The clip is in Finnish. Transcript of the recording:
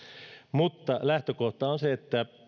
mutta lähtökohta on se että